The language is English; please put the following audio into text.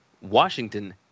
Washington